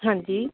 ਹਾਂਜੀ